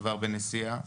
כבר בנסיעה,